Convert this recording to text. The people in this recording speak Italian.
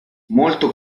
molto